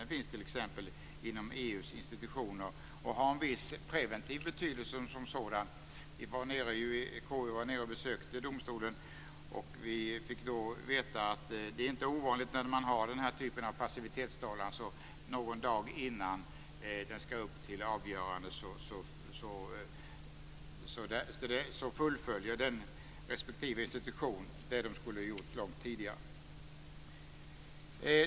Den finns t.ex. inom EU:s institutioner och har en viss preventiv betydelse. När KU var där nere och besökte domstolen fick vi veta att det inte är ovanligt när man har den här typen av passivitetstalan att respektive institution någon dag innan ett ärende ska upp till avgörande fullföljer vad man skulle ha gjort långt tidigare.